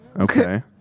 Okay